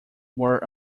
were